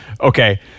okay